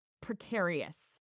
precarious